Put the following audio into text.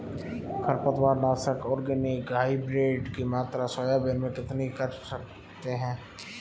खरपतवार नाशक organic hybrid की मात्रा सोयाबीन में कितनी कर सकते हैं?